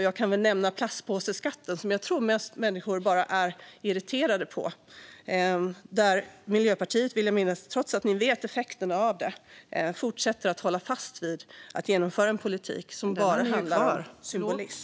Jag kan nämna platspåseskatten som jag tror att människor bara är irriterade på. Miljöpartiet vet om effekterna av den men håller fast vid att genomföra en politik som bara handlar om symbolik.